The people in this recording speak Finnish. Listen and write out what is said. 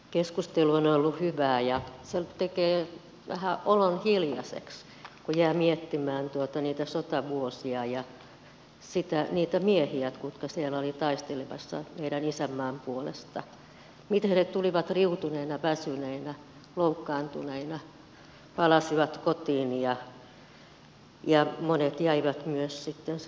keskustelu on ollut hyvää ja se tekee olon vähän hiljaiseksi kun jää miettimään niitä sotavuosia ja niitä miehiä jotka siellä olivat taistelemassa meidän isänmaamme puolesta miten he riutuneina väsyneinä loukkaantuneina palasivat kotiin ja monet myös jäivät sinne taistelukentille